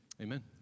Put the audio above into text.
Amen